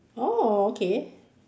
oh okay